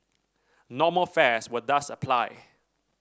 normal fares will thus apply